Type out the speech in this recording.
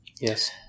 Yes